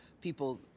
People